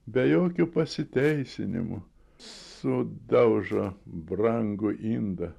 be jokių pasiteisinimų sudaužo brangų indą